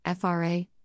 FRA